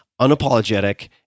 unapologetic